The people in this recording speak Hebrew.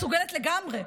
מסוגלת לגמרי.